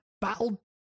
battle